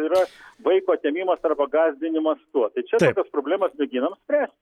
yra vaiko atėmimas arba gąsdinimas tuo tai čia tokias problemas mėginam spręsti